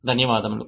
ధన్యవాదాలు